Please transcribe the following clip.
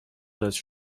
dać